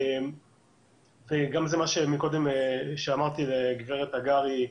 זה גם מה שמקודם אמרתי לגב' תגרי.